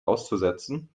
auszusetzen